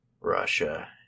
Russia